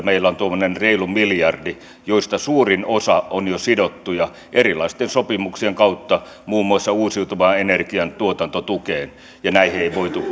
meillä on tuommoinen reilu miljardi ja niistä suurin osa on jo sidottuja erilaisten sopimuksien kautta muun muassa uusiutuvan energian tuotantotukeen näihin ei voitu